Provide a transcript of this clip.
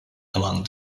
among